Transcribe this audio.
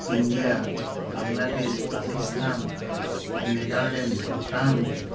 India Bangladesh Pakistan Netherlands Bhutan